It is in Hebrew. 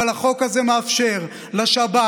אבל החוק הזה מאפשר לשב"כ,